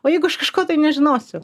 o jeigu aš kažko tai nežinosiu